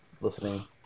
listening